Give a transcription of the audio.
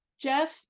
jeff